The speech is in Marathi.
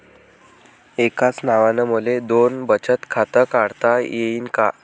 एकाच नावानं मले दोन बचत खातं काढता येईन का?